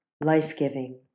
life-giving